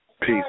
Peace